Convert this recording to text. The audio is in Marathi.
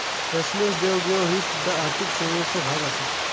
कॅशलेस देवघेव ही सुध्दा आर्थिक सेवेचो भाग आसा